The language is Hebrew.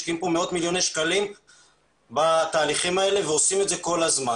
משקיעים כאן מאות מיליוני שקלים בתהליכים האלה ועושים את זה כל הזמן.,